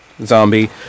Zombie